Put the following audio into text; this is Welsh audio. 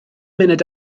munud